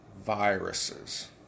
viruses